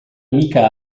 mica